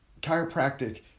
Chiropractic